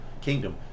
kingdom